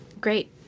Great